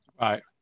right